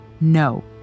no